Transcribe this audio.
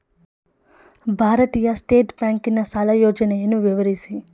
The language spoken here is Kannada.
ಭಾರತೀಯ ಸ್ಟೇಟ್ ಬ್ಯಾಂಕಿನ ಸಾಲ ಯೋಜನೆಯನ್ನು ವಿವರಿಸಿ?